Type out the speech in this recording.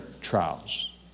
trials